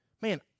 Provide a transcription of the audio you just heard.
Man